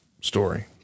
story